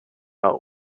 out